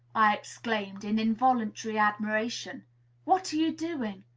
i exclaimed, in involuntary admiration what are you doing?